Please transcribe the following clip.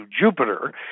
Jupiter